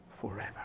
forever